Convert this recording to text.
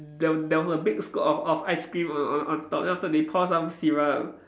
there there was a big scoop of of ice cream on on top then after that they pour some syrup